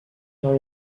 dans